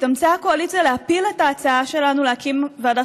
התאמצה הקואליציה להפיל את ההצעה שלנו להקים ועדת